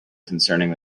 concerning